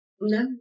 No